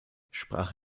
sprach